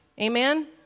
Amen